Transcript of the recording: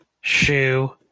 shoe